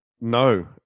No